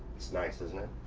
it's nice isn't it.